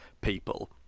people